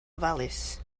ofalus